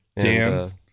Dan